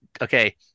okay